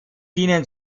dienen